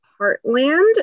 Heartland